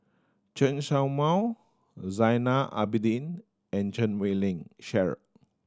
Chen Show Mao Zainal Abidin and Chan Wei Ling Cheryl